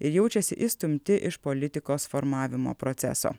ir jaučiasi išstumti iš politikos formavimo proceso